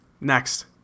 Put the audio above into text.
Next